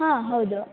ಹಾಂ ಹೌದು